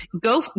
Go